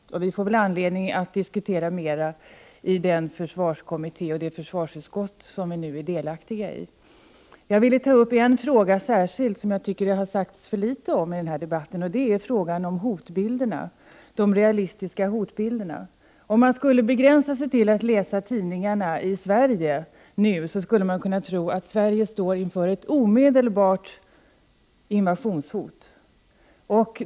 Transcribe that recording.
Vi får väl anledning att diskutera mera i försvarsutskottet och i den försvarskommitté vi nu är delaktiga i. Jag vill ta upp en fråga som det har sagts för litet om. Det handlar om hotbilderna och vilka av dem som är realistiska. Om man skulle begränsa sig till att läsa tidningarna i Sverige nu, skulle man kunna tro att vi står inför ett omedelbart invationshot.